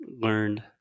learned